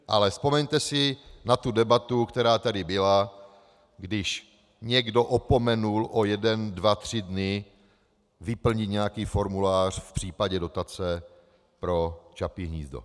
Ale vzpomeňte si na tu debatu, která tady byla, když někdo opomenul o jeden, dva, tři dny vyplnit nějaký formulář v případě dotace pro Čapí hnízdo.